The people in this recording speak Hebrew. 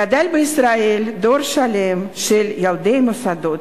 גדל בישראל דור שלם של ילדי מוסדות,